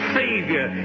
savior